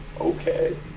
okay